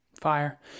Fire